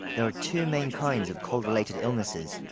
there are two main kinds of cold-related illnesses.